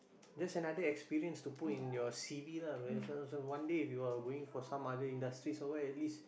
just another experience to put in your c_v lah so one day if you are going for some other industries or what at least